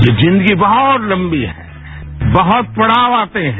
ये जिन्दगी बहुत लंबी है बहुत पड़ाव आते है